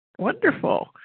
wonderful